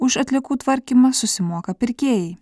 už atliekų tvarkymą susimoka pirkėjai